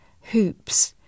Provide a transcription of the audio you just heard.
hoops